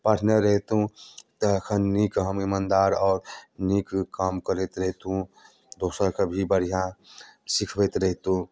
पढ़ने रहितहुँ तऽ एखन नीक हम ईमानदार आओर नीक काम करैत रहितहुँ दोसरकेँ भी बढ़िआँ सिखबैत रहितहुँ